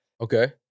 Okay